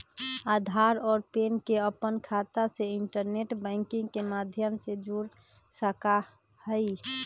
आधार और पैन के अपन खाता से इंटरनेट बैंकिंग के माध्यम से जोड़ सका हियी